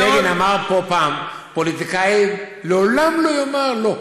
בגין אמר פה פעם: פוליטיקאי לעולם לא יאמר לא.